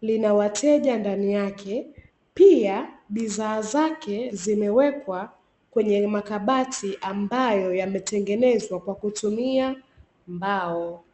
linawateja ndani yake, pia bidha zake zimewekwa katika makabati abayo yametengenezwa kwa kutumia mbao.